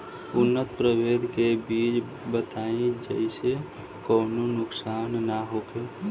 उन्नत प्रभेद के बीज बताई जेसे कौनो नुकसान न होखे?